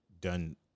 done